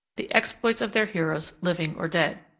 the exploits of their heroes living or dead.